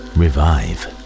revive